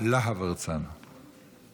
אדוני